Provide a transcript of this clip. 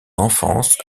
enfance